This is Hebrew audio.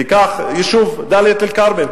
ניקח את היישוב דאלית-אל-כרמל,